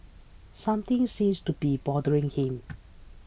something seems to be bothering him